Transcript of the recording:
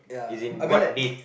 is in what date